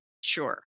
sure